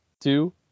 two